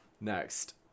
Next